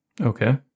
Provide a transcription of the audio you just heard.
Okay